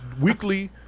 weekly